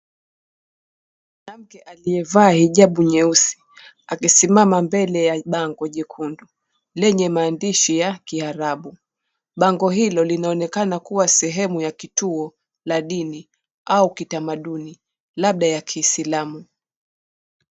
Mwanamke aliyevaa hijabu nyeusi amesimama mbele ya bango nyekundu yenye maandishi ya Kiarabu, bango hilo linaonekana kuwa sehemu ya kituo la dini au kitamaduni labda ya Kiislamu.